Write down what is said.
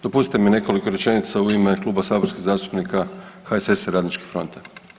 Dopustite mi nekoliko rečenica u ime Kluba saborskih zastupnika HSS-a i Radničke fronte.